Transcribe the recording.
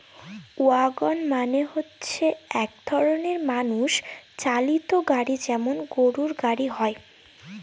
wagon মানে হচ্ছে এক রকমের মানুষ চালিত গাড়ি যেমন গরুর গাড়ি হয়